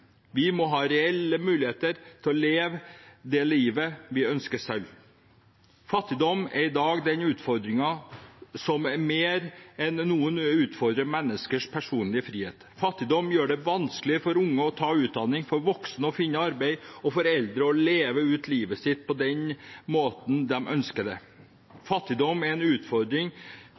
Vi må ha reelle muligheter til å leve det livet vi ønsker selv. Fattigdom er i dag den utfordringen som mer enn noen utfordrer menneskers personlige frihet. Fattigdom gjør det vanskelig for unge å ta utdanning, for voksne å finne arbeid og for eldre å leve ut livet sitt på den måten de ønsker det. Fattigdom er en utfordring